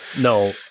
No